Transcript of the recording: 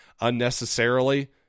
unnecessarily